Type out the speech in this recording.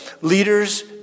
leaders